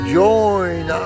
join